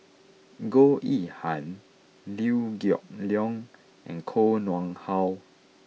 Goh Yihan Liew Geok Leong and Koh Nguang How